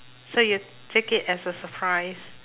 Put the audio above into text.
so you take it as a surprise